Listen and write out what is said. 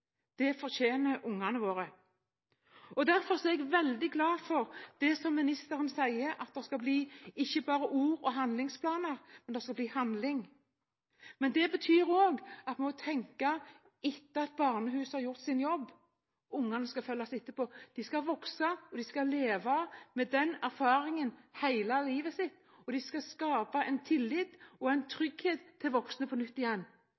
Det fortjener ungene våre. Derfor er jeg veldig glad for det som ministeren sier, at det skal bli ikke bare ord og handlingsplaner, men handling. Men det betyr også at vi må tenke etter at barnehuset har gjort sin jobb. Ungene skal følges opp etterpå, de skal vokse, de skal leve med erfaringene hele livet, og de skal skape en tillit og få en trygghet til voksne på nytt.